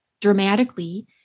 dramatically